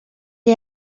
est